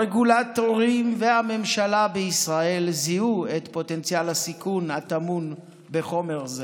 הרגולטורים והממשלה בישראל זיהו את פוטנציאל הסיכון הטמון בחומר זה,